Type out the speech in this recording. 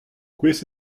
gouest